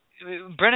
Brennan